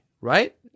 right